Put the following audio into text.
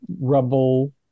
rubble